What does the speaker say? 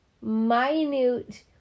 minute